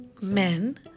men